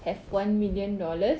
have one million dollars